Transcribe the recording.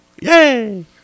Yay